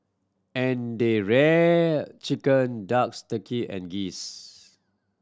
and they reared chicken ducks turkey and geese